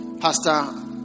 Pastor